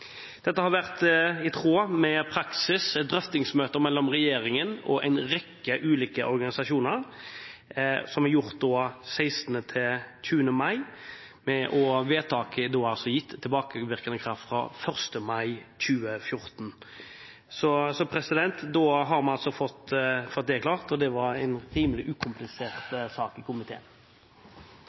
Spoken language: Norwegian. Dette er i tråd med gjeldende praksis. Det ble avholdt drøftingsmøter mellom regjeringen og en rekke ulike organisasjoner den 16. og den 20. mai. Vedtaket er gitt tilbakevirkende kraft fra 1. mai 2014. Vi har altså fått dette klart. Det var en rimelig ukomplisert sak for komiteen.